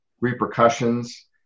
repercussions